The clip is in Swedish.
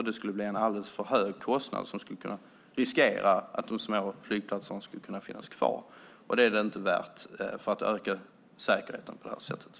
Det skulle bli en alldeles för hög kostnad som skulle kunna riskera att de små flygplatserna inte skulle kunna finnas kvar, och det är det inte värt för att öka säkerheten på det här sättet.